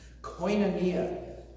Koinonia